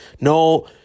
No